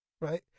right